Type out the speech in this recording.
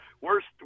Worst